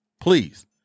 Please